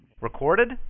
Recorded